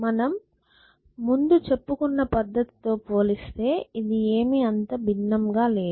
మనం ముందు చెప్పుకున్న పద్దతితో పోల్చితే ఇది ఏమి అంత భిన్నం గా లేదు